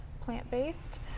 plant-based